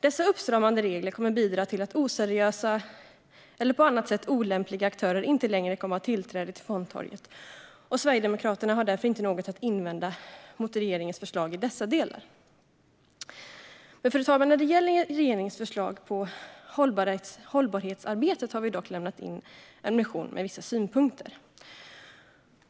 Dessa uppstramade regler kommer att bidra till att oseriösa eller på annat sätt olämpliga aktörer inte längre kommer att ha tillträde till fondtorget. Sverigedemokraterna har därför inte något att invända mot regeringens förslag i dessa delar. Fru talman! När det gäller regeringens förslag om hållbarhetsarbetet har vi dock lämnat en motion med vissa synpunkter.